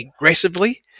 aggressively